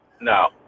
No